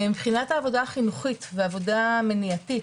מבחינת העבודה החינוכית והעבודה המניעתית,